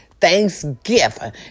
Thanksgiving